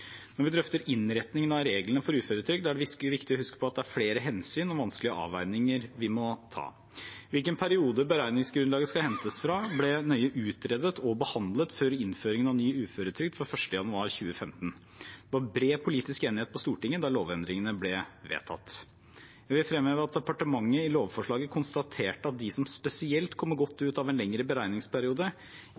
Når vi drøfter innrettingen av reglene for uføretrygd, er det viktig å huske på at det er flere hensyn og vanskelige avveininger vi må ta. Hvilken periode beregningsgrunnlaget skal hentes fra, ble nøye utredet og behandlet før innføringen av ny uføretrygd fra 1. januar 2015. Det var bred politisk enighet på Stortinget da lovendringene ble vedtatt. Jeg vil fremheve at departementet i lovforslaget konstaterte at de som spesielt kommer godt ut av en lengre beregningsperiode,